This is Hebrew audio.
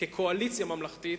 כקואליציה ממלכתית,